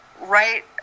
right